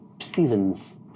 Stevens